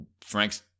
Frank's